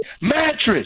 mattress